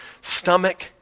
stomach